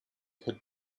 had